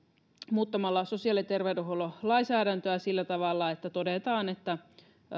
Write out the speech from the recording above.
muuttamalla sosiaali ja terveydenhuollon lainsäädäntöä sillä tavalla että todetaan että